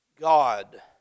God